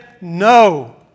No